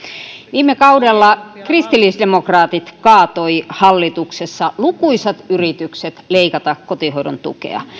viime kaudella kristillisdemokraatit kaatoi hallituksessa lukuisat yritykset leikata kotihoidon tukea